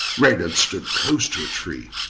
reynard stood close to a tree.